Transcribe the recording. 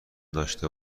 داشته